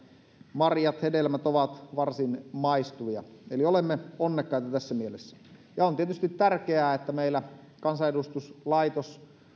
marjat ja hedelmät ovat varsin maistuvia eli olemme onnekkaita tässä mielessä on tietysti tärkeää että meillä kansanedustuslaitos